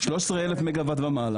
אנחנו ב 13,000 מגה ואט ומעלה,